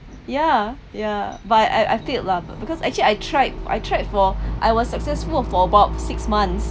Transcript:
ya ya but I I failed lah because actually I tried I tried for I was successful for about six months